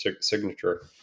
signature